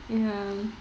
ya